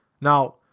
now